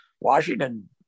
Washington